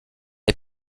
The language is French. est